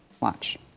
Watch